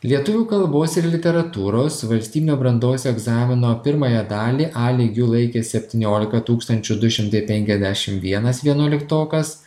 lietuvių kalbos ir literatūros valstybinio brandos egzamino pirmąją dalį a lygiu laikė septyniolika tūkstančių du šimtai penkiasdešim vienas vienuoliktokas